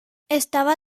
estaba